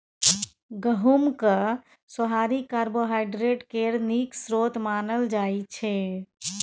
गहुँमक सोहारी कार्बोहाइड्रेट केर नीक स्रोत मानल जाइ छै